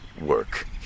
work